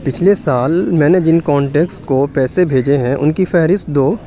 پچھلے سال میں نے جن کانٹیکس کو پیسے بھیجے ہیں ان کی فہرست دو